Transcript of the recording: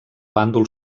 bàndol